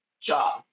job